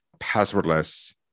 passwordless